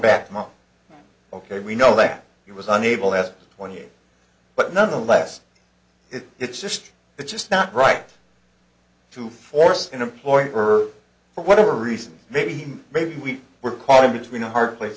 back not ok we know that he was unable after twenty years but nonetheless it's it's just it's just not right to force an employee for for whatever reason maybe maybe we were caught between a hard place